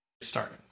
Start